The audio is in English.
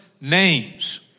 names